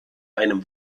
einem